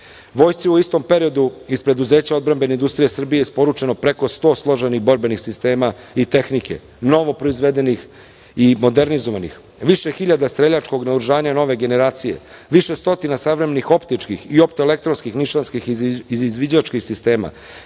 u istom periodu iz preduzeća odbrambene industrije Srbije isporučeno je preko 100 složenih borbenih sistema i tehnike, novoproizvedenih i modernizovanih, više hiljada streljačkog naoružanja nove generacije, više stotina savremenih optičkih i optoelektronskih nišanskih i izviđačkih sistema,